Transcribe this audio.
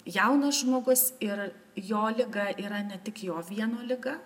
jaunas žmogus ir jo liga yra ne tik jo vieno liga